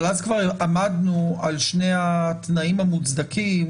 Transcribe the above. אבל אז כבר עמדנו על שני התנאים המוצדקים